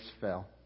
fell